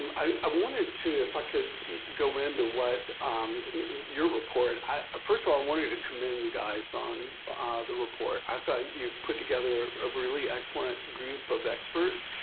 um i wanted to if i could go into what your report, i first of all, i wanted to commend you guys on the report. i thought you put together a really excellent group of experts.